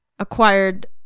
acquired